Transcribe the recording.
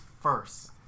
first